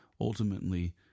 ultimately